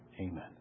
Amen